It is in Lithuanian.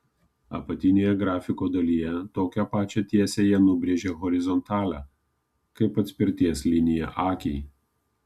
apatinėje grafiko dalyje tokią pačią tiesę jie nubrėžė horizontalią kaip atspirties liniją akiai